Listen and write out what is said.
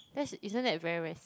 that's isn't that very very